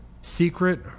secret